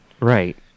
Right